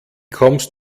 kommst